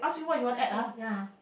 was a nice thing ya